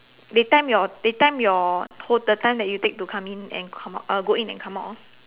they time your they time your whole the time that you take to come in and come out uh go in and come out orh